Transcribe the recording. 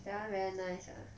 ya very nice ah